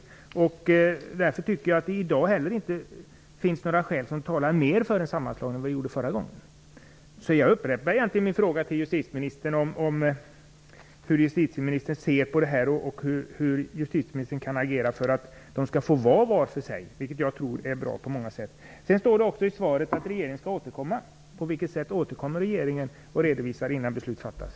Jag tycker därför inte att det i dag finns fler skäl som talar för en sammanlagning än vad det gjorde förra gången. Jag upprepar min fråga om hur justitieministern ser på detta och hur hon kan agera för att tingsrätterna skall få fungera var för sig, vilket jag tror är bra på många sätt. Det står också i svaret att regeringen skall återkomma. På vilket sätt återkommer regeringen för att redovisa innan beslut fattas?